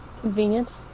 Convenient